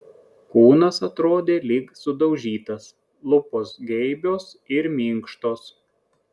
kūnas atrodė lyg sudaužytas lūpos geibios ir minkštos